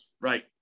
right